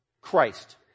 Christ